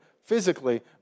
physically